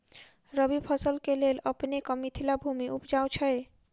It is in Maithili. रबी फसल केँ लेल अपनेक मिथिला भूमि उपजाउ छै